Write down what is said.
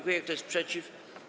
Kto jest przeciw?